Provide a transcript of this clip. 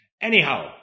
Anyhow